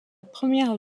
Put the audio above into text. première